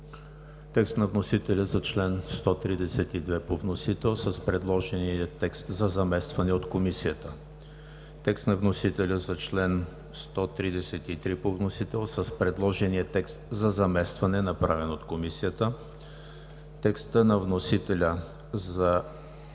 текст на вносителя за чл. 132 с предложения текст за заместване от Комисията; текст на вносителя за чл. 133 с предложения текст за заместване, направен от Комисията; текст на вносителя за